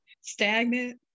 stagnant